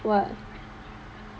what